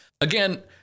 again